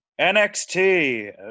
NXT